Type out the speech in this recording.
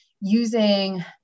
using